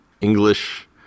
English